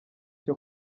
cyo